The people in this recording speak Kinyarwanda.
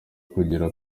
kugera